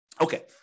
Okay